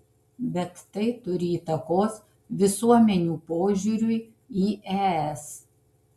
bet tai turi įtakos visuomenių požiūriui į es